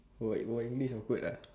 bual berbual english awkward ah